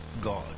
God